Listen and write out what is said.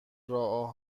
راه